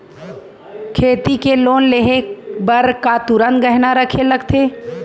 खेती के लोन लेहे बर का तुरंत गहना रखे लगथे?